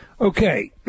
Okay